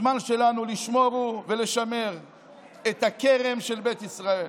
הזמן שלנו לשמור ולשמר את הכרם של בית ישראל.